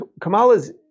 Kamala's